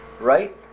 right